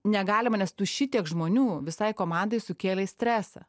negalima nes tu šitiek žmonių visai komandai sukėlei stresą